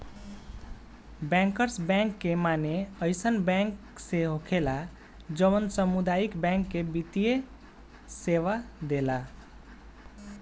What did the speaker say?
bankers bank के माने अइसन बैंक से होखेला जवन सामुदायिक बैंक के वित्तीय सेवा देला